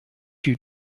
you